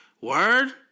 word